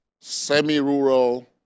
semi-rural